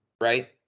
right